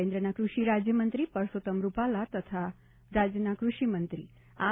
કેન્દ્રના કૃષિરાજ્યમંત્રી પરસોતમ રૂપાલા તથા રાજ્યના કૃષિમંત્રી આર